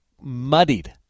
muddied